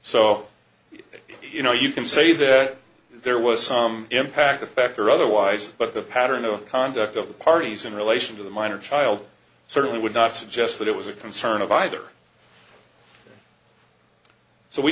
so you know you can say that there was some impact effect or otherwise but the pattern of conduct of the parties in relation to the minor child certainly would not suggest that it was a concern of either so we